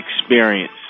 experience